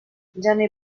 gener